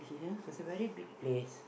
it's a very big place